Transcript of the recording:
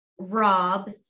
Rob